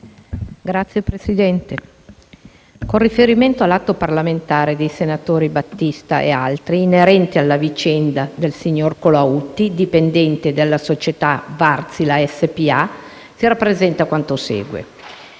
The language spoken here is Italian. Signor Presidente, con riferimento all'atto parlamentare dei senatori Battista e altri, inerente alla vicenda del signor Colautti, dipendente della società Wärtsilä SpA, si rappresenta quanto segue.